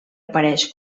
apareix